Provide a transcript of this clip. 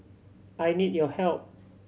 I need your help